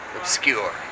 obscure